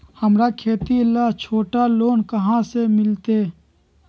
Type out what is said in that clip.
हमरा खेती ला छोटा लोने कहाँ से मिलतै?